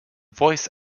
voice